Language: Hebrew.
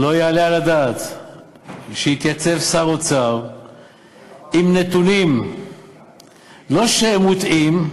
לא יעלה על הדעת שהתייצב שר אוצר עם נתונים שלא שהם מוטעים,